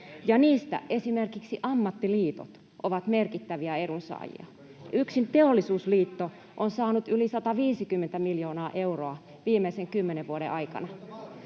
ja niistä esimerkiksi ammattiliitot ovat merkittäviä edunsaajia. Yksin Teollisuusliitto on saanut yli 150 miljoonaa euroa viimeisen kymmenen vuoden aikana.